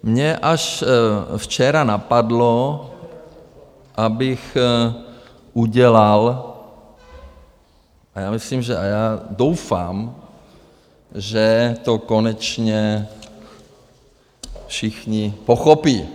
Mě až včera napadlo, abych udělal a já myslím... a já doufám, že to konečně všichni pochopí.